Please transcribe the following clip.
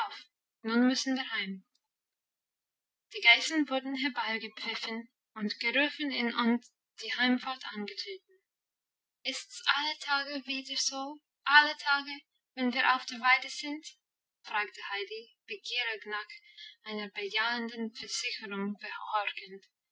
nun müssen wir heim die geißen wurden herbeigepfiffen und gerufen und die heimfahrt angetreten ist's alle tage wieder so alle tage wenn wir auf der weide sind fragte heidi begierig nach einer bejahenden versicherung